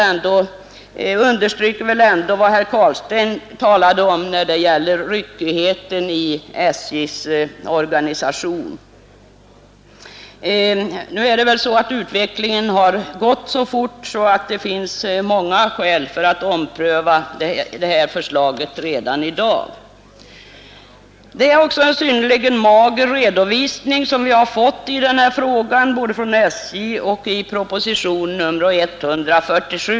Detta understryker väl ändå vad herr Carlstein sade om ryckigheten i SJ:s organisation. Nu har utvecklingen kanske trots allt gått så fort att det finns skäl för att ompröva hela förslaget redan i dag. Det är också en synnerligen mager redovisning som vi har fått i denna fråga, både från SJ och i propositionen 147.